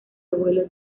abuelo